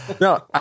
No